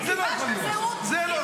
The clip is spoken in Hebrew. אם קיבלת זהות --- זה לא יכול להיות.